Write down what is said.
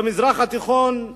במזרח התיכון,